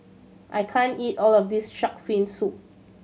I can't eat all of this Shark's Fin Soup